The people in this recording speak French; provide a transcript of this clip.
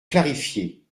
clarifier